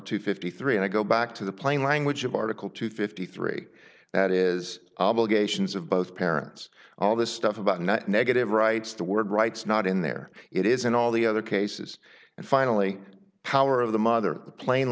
two fifty three and i go back to the plain language of article two fifty three that is obligations of both parents all this stuff about not negative rights the word rights not in there it is in all the other cases and finally power of the mother the plain